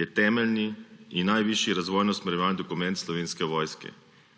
je temeljni in najvišji razvojno usmerjevalni dokument Slovenske vojske,